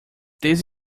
this